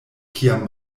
kiam